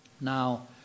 Now